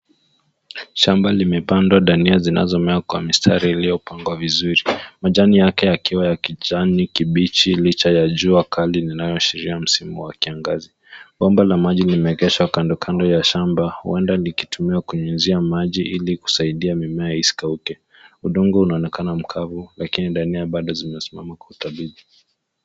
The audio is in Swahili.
Shamba limepandwa dania zinazomea kwa mistari iliyopangwa vizuri majani yake ikiwa ya kijani kibichi licha ya jua kali linaloashiria msimu wa kiangazi. Bomba la maji limegeshwa kando kando ya shamba, huenda likitumiwa kunyunyuzia maji ili kusaidia mimea isikauke. Udongo unaonekana mkavu, lakini dania bado zimesimama kwa uthabitii.